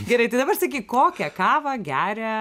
gerai tai dabar sakyk kokią kavą geria